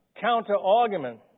counter-argument